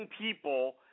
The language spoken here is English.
people